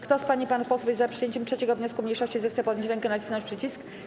Kto z pań i panów posłów jest za przyjęciem 3. wniosku mniejszości, zechce podnieść rękę i nacisnąć przycisk.